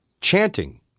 chanting